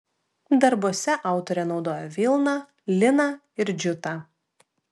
darbuose autorė naudoja vilną liną ir džiutą